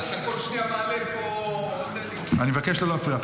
אתה כל שנייה מעלה פה סלפי אני מבקש לא להפריע,